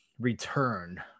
return